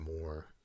more